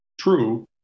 true